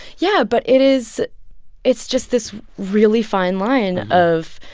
yeah. but it is it's just this really fine line of,